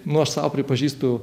nu aš sau pripažįstu